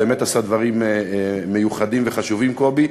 באמת עשה דברים מיוחדים וחשובים, קובי.